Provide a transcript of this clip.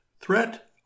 Threat